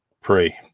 pray